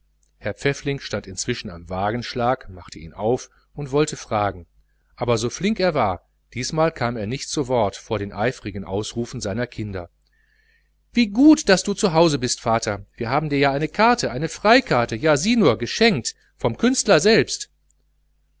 herr pfäffling stand inzwischen schon am wagenschlag machte ihn auf und wollte fragen aber so flink er war diesmal kam er nicht zu wort vor den eifrigen ausrufen seiner kinder wie gut daß du zu hause bist vater wir haben dir ja ein billet ein konzertbillet da sieh nur geschenkt vom künstler selbst